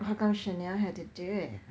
how come chanel had to do it